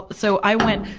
so, i went,